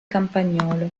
campagnolo